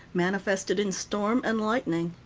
manifested in storm and lightning.